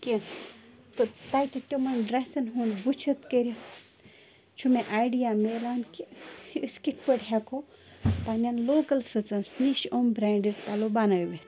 کیٚنہہ تہٕ تاکہِ تِمَن ڈرٮ۪سَن ہُنٛد وٕچھِتھ کَرِتھ چھُ مےٚ آیڈیا مِلان کہِ أسۍ کِتھ پٲٹھۍ ہٮ۪کَو پَنٛنٮ۪ن لوکَل سٕژَس نِش اُم برینٛڈِڈ پَلَو بنٲوِتھ